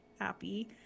happy